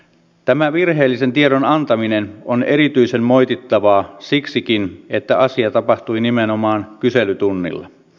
tämä virheellisen tiedon antaminen on erityisen moitittavaa siksikin että asia tapahtui nimenomaan kyselytunnilla